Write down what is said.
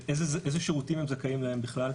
ולאיזה שירותים הם זכאים להם בכלל,